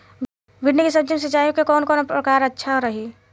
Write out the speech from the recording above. भिंडी के सब्जी मे सिचाई के कौन प्रकार अच्छा रही?